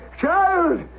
child